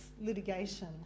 litigation